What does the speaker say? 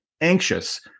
anxious